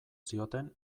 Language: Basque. zioten